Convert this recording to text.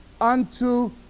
unto